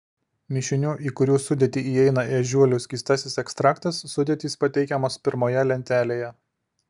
mišinių į kurių sudėtį įeina ežiuolių skystasis ekstraktas sudėtys pateikiamos pirmoje lentelėje